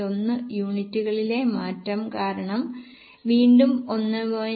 1 യൂണിറ്റുകളിലെ മാറ്റം കാരണം വീണ്ടും 1